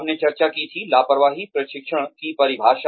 हमने चर्चा की थी लापरवाही प्रशिक्षण की परिभाषा